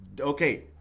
Okay